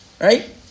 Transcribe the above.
Right